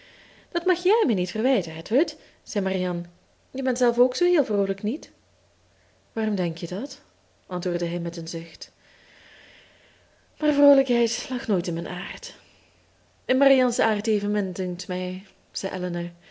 dat mag jij me niet verwijten edward zei marianne je bent zelf ook zoo heel vroolijk niet waarom denk je dat antwoordde hij met een zucht maar vroolijkheid lag nooit in mijn aard in marianne's aard evenmin